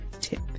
tip